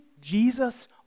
Jesus